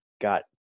got